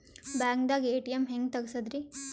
ಬ್ಯಾಂಕ್ದಾಗ ಎ.ಟಿ.ಎಂ ಹೆಂಗ್ ತಗಸದ್ರಿ?